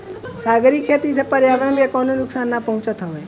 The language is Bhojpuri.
सागरी खेती से पर्यावरण के कवनो नुकसान ना पहुँचत हवे